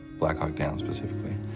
black hawk down specifically.